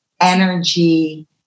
energy